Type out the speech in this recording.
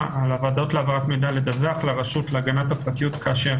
על הוועדות להעברת מידע לדווח לרשות להגנת הפרטיות כאשר